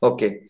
Okay